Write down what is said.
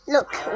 Look